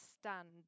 stand